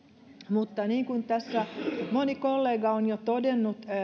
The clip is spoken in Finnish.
mutta niin kuin tässä moni kollega on jo todennut